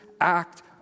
act